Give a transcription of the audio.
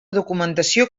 documentació